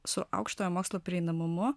su aukštojo mokslo prieinamumu